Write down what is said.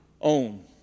own